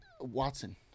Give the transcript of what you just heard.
Watson